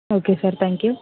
okay sir thank you